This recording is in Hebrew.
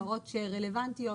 הפרות שרלוונטיות